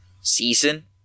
season